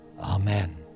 Amen